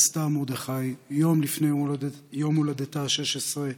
סטאר מרדכי יום לפני יום הולדתה ה-16,